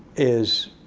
is